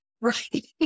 right